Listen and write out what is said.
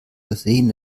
versehen